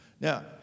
Now